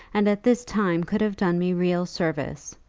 and at this time could have done me real service.